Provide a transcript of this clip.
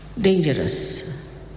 dangerous